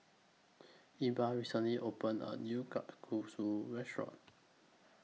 Ebba recently opened A New Kalguksu Restaurant